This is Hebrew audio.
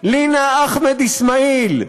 לינא אחמד איסמאעיל,